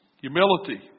Humility